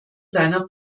seiner